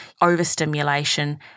overstimulation